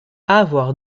avoir